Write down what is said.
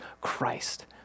Christ